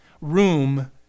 room